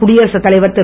குடியரசுத் தலைவர் திரு